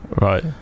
right